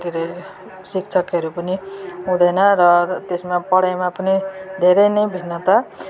के अरे शिक्षकहरू पनि हुँदैन र त्यसमा पढाइहरूमा पनि धेरै नै भिन्नता